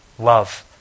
Love